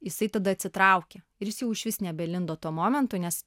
jisai tada atsitraukė ir jis jau išvis nebelindo tuo momentu nes